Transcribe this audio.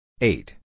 Eight